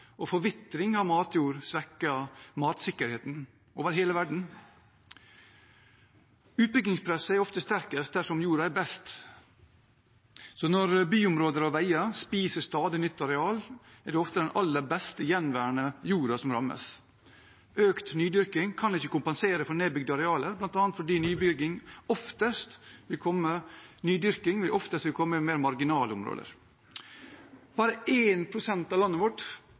og forvitring av matjord svekker matsikkerheten over hele verden. Utbyggingspresset er ofte sterkest der jorda er best, så når byområder og veier spiser stadig nytt areal, er det ofte den aller beste gjenværende jorda som rammes. Økt nydyrking kan ikke kompensere for nedbygd areal, bl.a. fordi nydyrking oftest vil komme i mer marginale områder. Bare 1 pst. av landet vårt